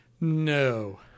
No